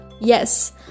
Yes